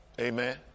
Amen